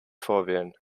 vorwählen